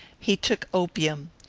he took opium.